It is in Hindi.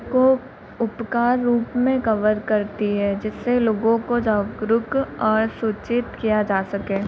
को उपकार रूप में कवर करती है जिससे लोगों को जागरुक और सूचित किया जा सके